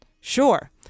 Sure